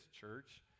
church